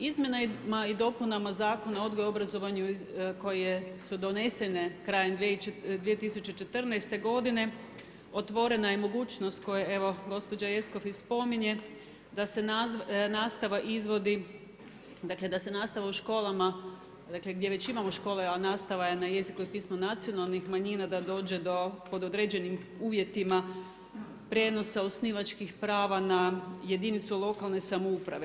Izmjenama i dopunama Zakona o odgoju i obrazovanju koje su donesene krajem 2014. godine otvorena je mogućnost koje evo i gospođa Jeckov spominje da se nastava izvodi, dakle da se nastava u školama, dakle gdje već imamo škole a nastava je na jeziku i pismu nacionalnih manjina da dođe do pod određenim uvjetima prijenosa osnivačkih prava na jedinicu lokalne samouprave.